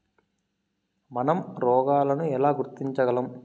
మనం రోగాలను ఎలా గుర్తించగలం?